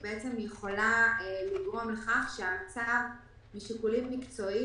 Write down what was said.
אנחנו בישיבה הקודמת הגענו לזה שהתעשייה מקבלים תשעה חודשים,